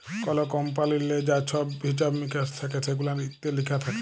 call কমপালিললে যা ছহব হিছাব মিকাস থ্যাকে সেগুলান ইত্যে লিখা থ্যাকে